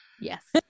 yes